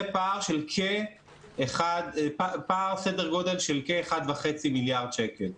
זה פער של כ-1.5 מיליארד שקל.